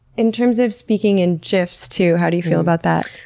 in terms of speaking in gifs, too, how do you feel about that?